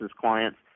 clients